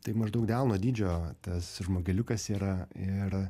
tai maždaug delno dydžio tas žmogeliukas yra ir